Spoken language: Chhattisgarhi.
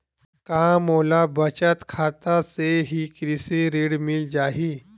का मोला बचत खाता से ही कृषि ऋण मिल जाहि?